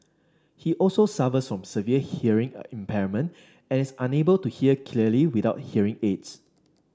he also suffers from severe hearing impairment and is unable to hear clearly without hearing aids